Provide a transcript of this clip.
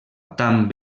tan